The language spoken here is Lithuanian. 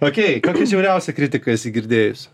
okei kokią žiauriausią kritiką esi girdėjus